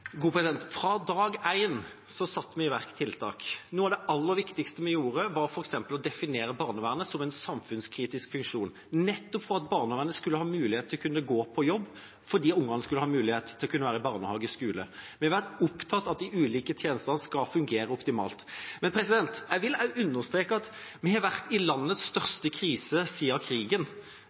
Fra dag én satte vi i verk tiltak. Noe av det aller viktigste vi gjorde, var f.eks. å definere barnevernet som en samfunnskritisk funksjon – nettopp for at de ansatte i barnevernet skulle ha mulighet til å gå på jobb mens barna hadde mulighet til å være i barnehage og på skole. Vi har vært opptatt av at de ulike tjenestene skulle fungere optimalt. Jeg vil også understreke at vi har vært i landets største krise siden krigen.